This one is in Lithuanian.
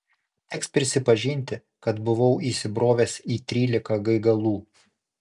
teks prisipažinti kad buvau įsibrovęs į trylika gaigalų